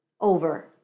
over